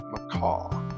Macaw